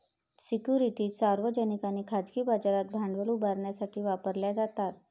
securities सार्वजनिक आणि खाजगी बाजारात भांडवल उभारण्यासाठी वापरल्या जातात